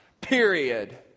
Period